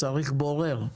צריך בורר,